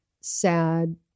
sad